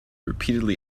repeatedly